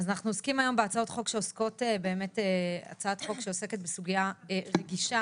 אנחנו עוסקים היום בהצעת חוק שעוסקת בסוגיה רגישה,